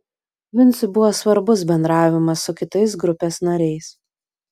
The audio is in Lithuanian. vincui buvo svarbus bendravimas su kitais grupės nariais